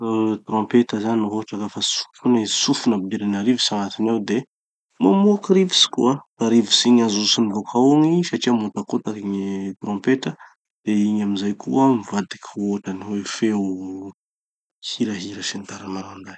Oh trompeta zany ohatra ka fa ts- tsofina, apidirana rivotsy agnatiny ao de mamoaky rivotsy koa. Da rivotsy igny azotsony bokao igny, satria mihotakotaky gny trompetra, de igny amizay koa mivadiky hotrany hoe feo hirahira sy ny tariny manao anizay.